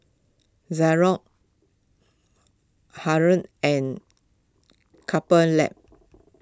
and Couple Lab